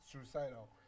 Suicidal